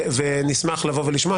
נשמח לבוא ולשמוע,